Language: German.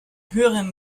höherem